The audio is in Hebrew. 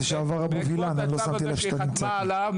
ובעקבות הצו הזה שהיא חתמה עליו,